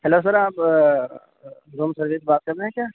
hello sir آپ room service بات کر رہے ہیں کیا